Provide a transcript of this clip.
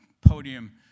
podium